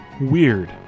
Weird